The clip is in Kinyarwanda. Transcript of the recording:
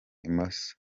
imoso